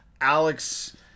Alex